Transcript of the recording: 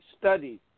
studies